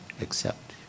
accept